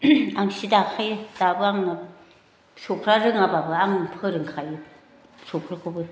आं सि दाखायो दाबो आङो फिसौफ्रा रोङाबाबो आं फोरोंखायो फिसौफोरखौबो